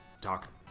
Talk